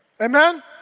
Amen